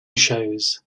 shows